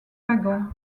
wagons